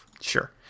Sure